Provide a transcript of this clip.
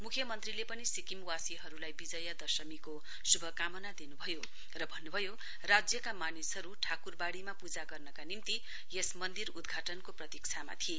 मुख्यमन्त्रीले पनि सिक्किमवासीहरुलाई विजयादशमीको शुभकामना दिनुभयो र भन्नुभयो राज्यका मानिसहरु ठाकुरवाड़ीमा पूजा गर्नका निम्ति यस मन्दिर उद्गाटनके प्रतीक्षामा थिए